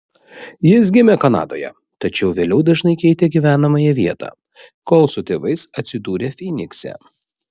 jis gimė kanadoje tačiau vėliau dažnai keitė gyvenamąją vietą kol su tėvais atsidūrė fynikse